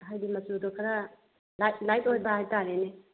ꯍꯥꯏꯗꯤ ꯃꯆꯨꯗꯣ ꯈꯔ ꯂꯥꯏꯠ ꯑꯣꯏꯕ ꯍꯥꯏꯇꯥꯔꯦꯅꯦ